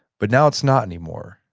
but now it's not anymore.